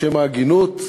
בשם ההגינות,